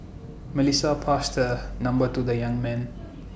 Melissa passed her number to the young man